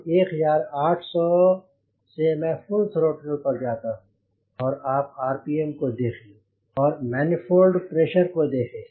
अब 1800 आरपीएम से मैं फुल थ्रोटल पर जाता हूँ और आप आरपीएम को देखें और मनिफॉल्ड प्रेशर को देखें